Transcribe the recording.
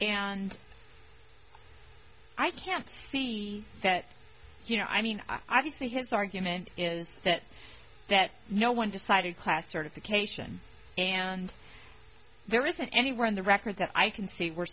and i can't see that you know i mean i can see his argument is that that no one decided class certification and there isn't anywhere on the record that i can see where